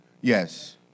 Yes